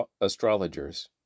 astrologers